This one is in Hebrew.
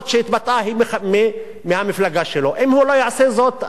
אם הוא לא יעשה זאת אני מציב סימני שאלה,